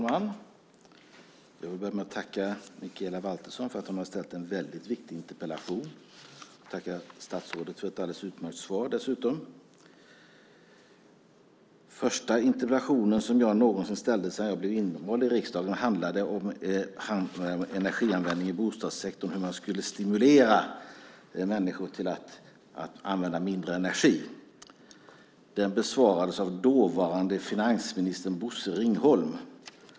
Fru talman! Jag börjar med att tacka Mikaela Valtersson för att hon har ställt en väldigt viktig interpellation, och jag tackar statsrådet för ett alldeles utmärkt svar. Den första interpellationen som jag ställde sedan jag hade blivit invald i riksdagen handlade om energianvändning i bostadssektorn och hur man skulle stimulera människor att använda mindre energi. Den besvarades av dåvarande finansministern Bosse Ringholm.